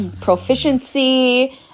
proficiency